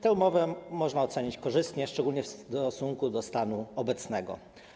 Tę umowę można ocenić korzystnie, szczególnie w stosunku do stanu obecnego.